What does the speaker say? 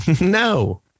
no